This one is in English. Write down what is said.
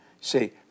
See